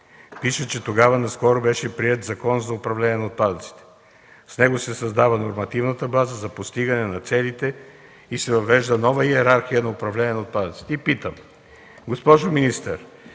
Пиша, че тогава наскоро беше приет Закон за управление на отпадъците. С него се създава нормативната база за постигане на целите и се въвежда нова йерархия на управление на отпадъците. И питам: госпожо министър,